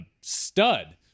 stud